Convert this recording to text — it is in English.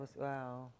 Wow